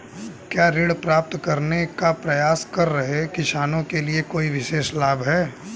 क्या ऋण प्राप्त करने का प्रयास कर रहे किसानों के लिए कोई विशेष लाभ हैं?